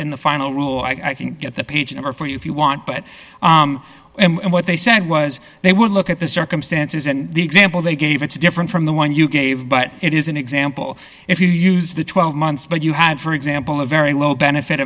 in the final rule i think at the page number for you if you want but what they said was they would look at the circumstances and the example they gave it's different from the one you gave but it is an example if you use the twelve months but you had for example a very low benefit